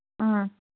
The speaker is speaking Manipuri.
ꯑ